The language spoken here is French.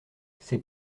c’est